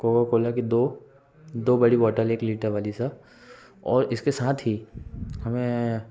Coca Cola के दो दो बड़ी बौटल एक लीटर वाली सर और इसके साथ ही हमें